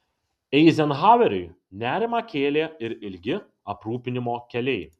eizenhaueriui nerimą kėlė ir ilgi aprūpinimo keliai